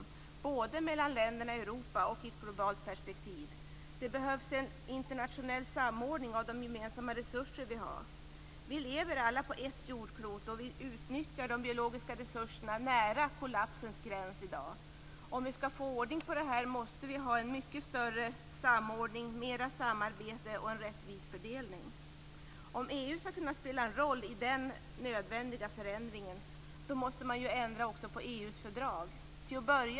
Det gäller både mellan länderna i Europa och i ett globalt perspektiv. Det behövs en internationell samordning av de gemensamma resurser vi har. Vi lever alla på ett jordklot, och vi utnyttjar de biologiska resurserna nära kollapsens gräns i dag. Om vi skall få ordning på detta måste vi ha större samordning, mera samarbete och en rättvis fördelning. Om EU skall spela en roll i den nödvändiga förändringen, måste man ändra på EU:s fördrag.